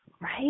Right